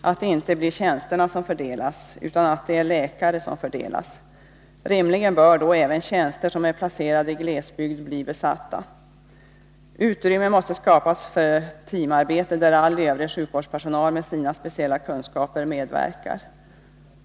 att det inte blir tjänsterna som fördelas, utan att det är läkare som fördelas. Rimligen bör då även tjänster som är placerade i glesbygd bli besatta. Utrymme måste skapas för teamarbete, där all övrig sjukvårdspersonal med sina speciella kunskaper medverkar.